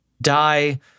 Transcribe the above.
die